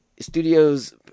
studios